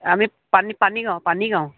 আমি পানী পানীগাঁও পানীগাঁও